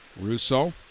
Russo